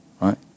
Right